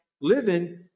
living